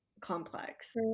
complex